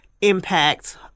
impact